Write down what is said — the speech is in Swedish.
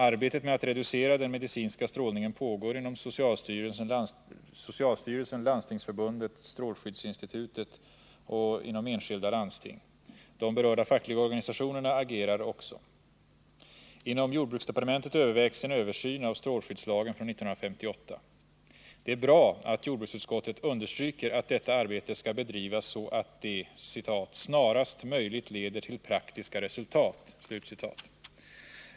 Arbetet med att reducera den medicinska strålningen pågår inom socialstyrelsen, Landstingsförbundet, strålskyddsinstitutet och enskilda landsting. Även de berörda fackliga organisationerna agerar. Inom jordbruksdepartementet övervägs en översyn av strålskyddslagen från 1958. Det är bra att jordbruksutskottet understryker att detta arbete skall bedrivas så, att det ”snarast möjligt leder till praktiska resultat”.